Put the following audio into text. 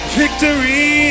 victory